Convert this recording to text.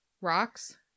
Rocks